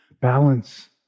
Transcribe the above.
balance